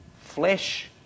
flesh